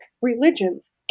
religions